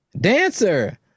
Dancer